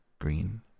green